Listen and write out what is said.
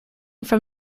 from